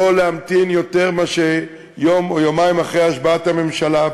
לא להמתין יותר מאשר יום או יומיים אחרי השבעת הממשלה,